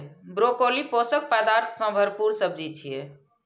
broccoli पोषक पदार्थ सं भरपूर सब्जी छियै